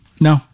No